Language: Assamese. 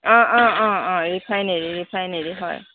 অঁ অঁ অঁ অঁ ৰিফাইনেৰী ৰিফাইনেৰী